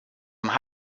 haben